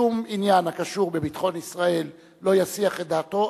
שום עניין הקשור בביטחון ישראל לא יסיח את דעתו,